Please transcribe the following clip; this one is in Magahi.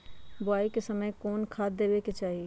बोआई के समय कौन खाद देवे के चाही?